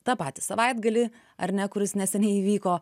tą patį savaitgalį ar ne kuris neseniai įvyko